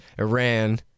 Iran